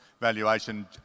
valuation